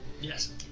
Yes